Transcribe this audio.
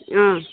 अँ